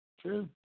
True